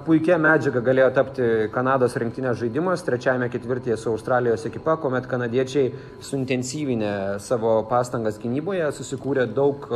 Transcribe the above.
puikia medžiaga galėjo tapti kanados rinktinės žaidimas trečiajame ketvirtyje su australijos ekipa kuomet kanadiečiai suintensyvinę savo pastangas gynyboje susikūrė daug